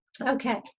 Okay